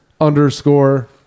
underscore